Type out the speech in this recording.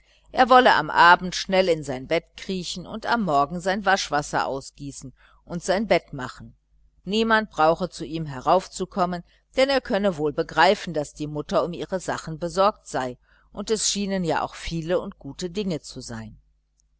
er wolle am abend schnell in sein bett kriechen und am morgen sein waschwasser ausgießen und sein bett machen niemand brauche zu ihm heraufzukommen denn er könne wohl begreifen daß die mutter um ihre sachen besorgt sei und es schienen ja auch viele und gute dinge zu sein